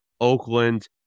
Oakland